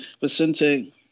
Vicente